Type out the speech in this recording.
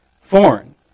foreign